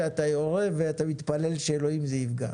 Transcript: אתה יורה ואתה מתפלל לאלוהים שזה יפגע.